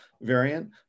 variant